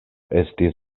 estis